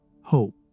hope